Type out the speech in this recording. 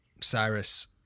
Cyrus